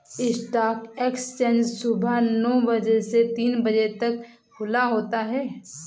stock exchange सुबह नो बजे से तीन बजे तक खुला होता है